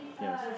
Yes